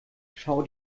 schau